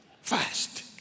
Fast